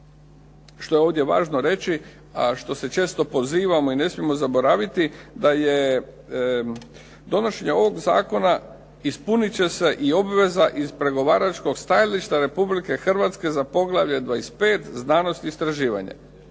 što je ovdje važno reći, a što se često pozivamo i ne smijemo zaboraviti, da je donošenjem ovog zakona ispunit će i obaveza iz pregovaračkog stajališta Republike Hrvatske za poglavlje 25. – Znanost i istraživanje,